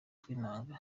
tw’intanga